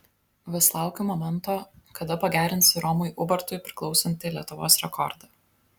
vis laukiu momento kada pagerinsi romui ubartui priklausantį lietuvos rekordą